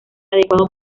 adecuado